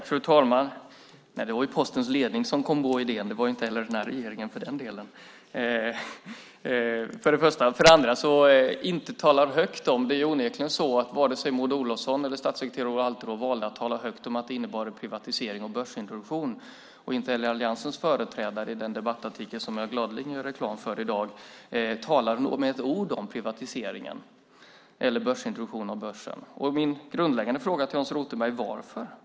Fru talman! Nej, det var ju Postens ledning som kom på idén, inte den här regeringen för den delen. Det är onekligen så att varken Maud Olofsson eller statssekreterare Ola Alterå valde att tala högt om att det innebar privatisering och börsintroduktion. Inte heller alliansens företrädare i den debattartikel som jag gladeligen gör reklam för i dag skriver ett ord om privatiseringen eller börsintroduktionen. Min fråga till Hans Rothenberg är: Varför?